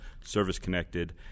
service-connected